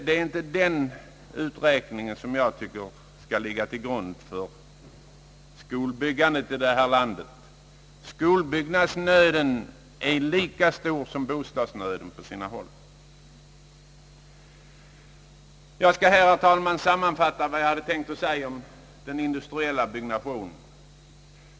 Det är inte den uträkningen som jag tycker skall ligga till grund för skolbyggandet i landet. Skolbyggnadsnöden är på sina håll lika stor som bostadsnöden. Jag skall, herr talman, sammanfatta vad jag tänkt säga om den industriella byggnationen.